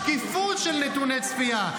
שקיפות של נתוני צפייה,